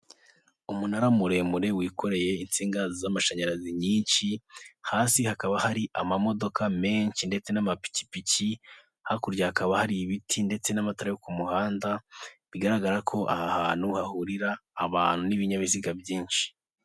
Umunara muremure wikoreye insinga z'amashanyarazi nyinshi hasi hakaba hari amamodoka menshi ndetse n'amapikipiki hakurya hakaba hari ibiti ndetse n'amatara yo ku muhanda bigaragara ko aha hantu hahurira abantu n'ibinyabiziga byinshi.